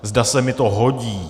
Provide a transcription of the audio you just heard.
Zda se mi to hodí.